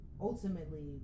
ultimately